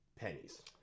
pennies